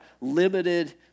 limited